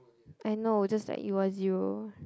I know just that it was you